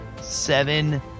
Seven